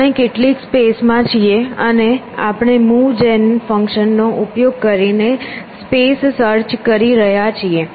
આપણે કેટલીક સ્પેસમાં છીએ અને આપણે મૂવ જેન ફંકશનનો ઉપયોગ કરીને સ્પેસ સર્ચ કરી રહ્યા છીએ